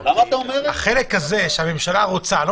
החלק הזה שהממשלה רוצה להחליט.